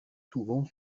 souvent